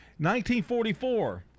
1944